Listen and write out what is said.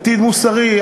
עתיד מוסרי,